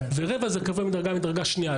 ורבע זה קרובי משפחה מדרגה שנייה.